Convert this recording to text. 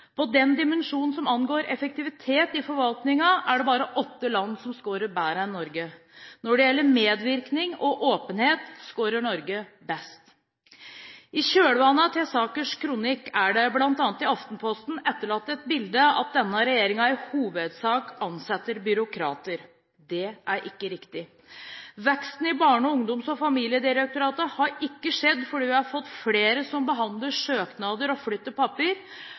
På den dimensjonen som angår effektivitet i forvaltningen, er det bare åtte land som skårer bedre enn Norge. Når det gjelder medvirkning og åpenhet, skårer Norge best. I kjølvannet av Tesakers kronikk er det bl.a. i Aftenposten etterlatt et bilde av at denne regjeringen – i hovedsak – ansetter byråkrater. Det er ikke riktig. Veksten i Barne-, ungdoms- og familiedirektoratet har ikke skjedd fordi vi har fått flere som behandler søknader og flytter